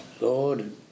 Lord